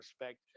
respect